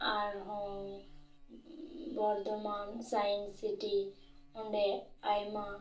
ᱟᱨᱦᱚᱸ Bardhaman science city ᱚᱸᱰᱮ ᱟᱭᱢᱟ